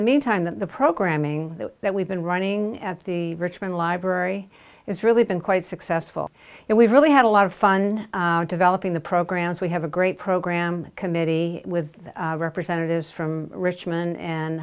the meantime that the programming that we've been running at the richmond library it's really been quite successful and we've really had a lot of fun developing the programs we have a great program committee with representatives from richmond and